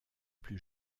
plus